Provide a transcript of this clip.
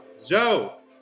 Zo